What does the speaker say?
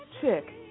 chick